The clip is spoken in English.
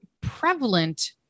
prevalent